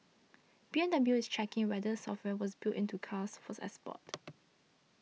B M W is checking whether the software was built into cars for export